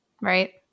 right